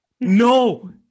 No